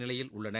நிலையில் உள்ளன